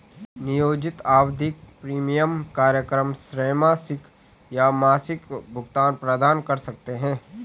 नियोजित आवधिक प्रीमियम कार्यक्रम त्रैमासिक या मासिक भुगतान प्रदान कर सकते हैं